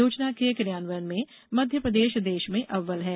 योजना के क्रियान्वयन में मध्यप्रदेश देश में अव्वल है